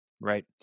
Right